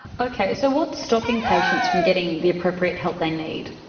okay, so what's stopping patients from getting the appropriate help they need?